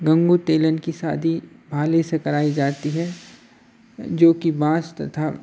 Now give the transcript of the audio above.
गंगू तेलन की शादी भाले से कराई जाती है जोकि बाँस तथा